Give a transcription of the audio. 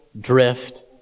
drift